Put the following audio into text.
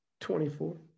24